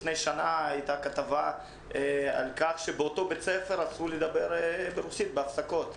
לפני שנה הייתה כתבה על כך שבאותו בית ספר אסור לדבר ברוסית בהפסקות.